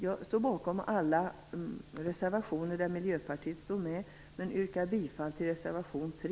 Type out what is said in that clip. Jag står bakom alla reservationer där Miljöpartiet finns med men yrkar bifall bara till reservation 3.